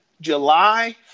July